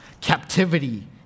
captivity